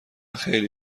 خیلی